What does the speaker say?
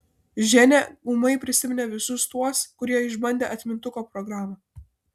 ženia ūmai prisiminė visus tuos kurie išbandė atmintuko programą